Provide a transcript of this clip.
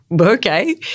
okay